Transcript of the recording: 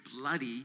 bloody